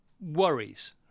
worries